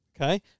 Okay